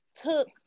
took